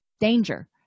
danger